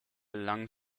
lang